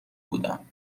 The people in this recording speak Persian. بودم